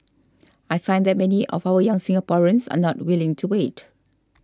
I find that many of our young Singaporeans are not willing to wait